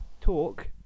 talk